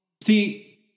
See